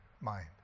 mind